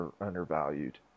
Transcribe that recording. undervalued